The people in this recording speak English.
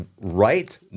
right